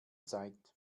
zeit